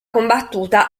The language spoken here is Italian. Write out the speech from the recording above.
combattuta